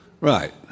Right